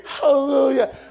Hallelujah